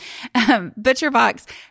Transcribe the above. ButcherBox